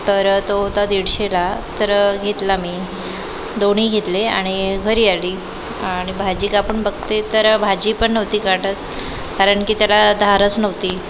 तर तो होता दीडशेला तर घेतला मी दोन्ही घेतले आणि घरी आली आणि भाजी कापून बघते तर भाजी पण नव्हती कटत कारण की त्याला धारच नव्हती